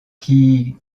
qui